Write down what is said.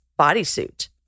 bodysuit